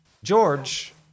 George